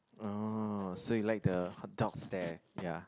orh so you like the hot dogs there ya